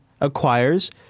acquires